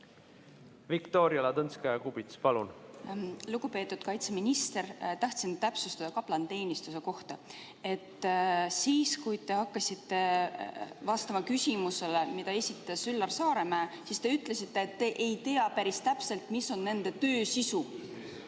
Viktoria Ladõnskaja-Kubits, palun! Lugupeetud kaitseminister! Tahtsin täpsustada kaplaniteenistuse kohta. Kui te hakkasite vastama küsimusele, mille esitas Üllar Saaremäe, te ütlesite, et te ei tea päris täpselt, mis on nende töö sisu.